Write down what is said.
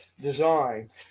design